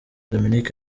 dominic